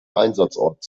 einsatzort